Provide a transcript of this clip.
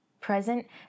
present